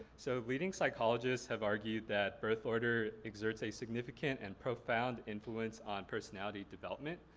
so leading psychologists have argued that birth order exerts a significant and profound influence on personality development.